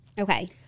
Okay